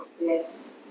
Yes